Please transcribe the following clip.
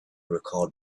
recalled